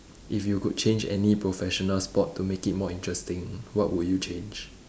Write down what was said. if you could change any professional sport to make it more interesting what would you change